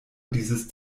dieses